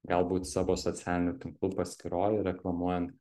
galbūt savo socialinių tinklų paskyroj reklamuojant